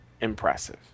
impressive